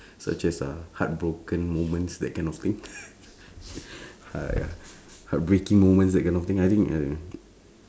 such as a heartbroken moments that kind of thing hear~ ya heartbreaking moments that kind of thing I think uh